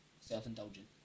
self-indulgent